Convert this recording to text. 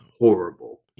horrible